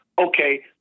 okay